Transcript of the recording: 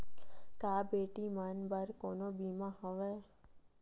का बेटी मन बर कोनो बीमा हवय?